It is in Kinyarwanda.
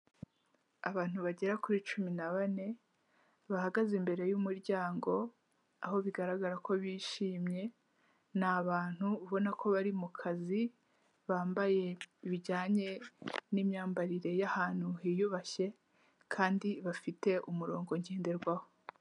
Abantu bagera kuri cumi na bane bahagaze imbere y'umuryango aho bigaragara ko bishimye, ni abantu ubona ko bari mu kazi bambaye bijyanye n'imyambarire y'ahantu hiyubashye kandi bafite umurongo ngenderwaho.